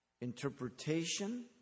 Interpretation